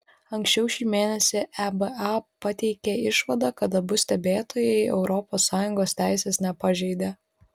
anksčiau šį mėnesį eba pateikė išvadą kad abu stebėtojai europos sąjungos teisės nepažeidė